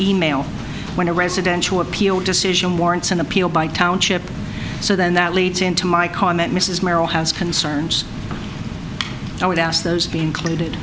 email when a residential appeal decision warrants an appeal by township so then that leads into my comment mrs merrill has concerns i would ask those be included